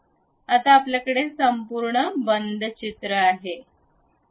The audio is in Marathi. आता आपल्याकडे संपूर्ण बंद चित्र आहे